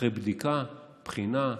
אחרי בדיקה, בחינה,